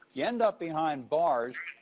yeah end up behind bars,